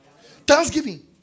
thanksgiving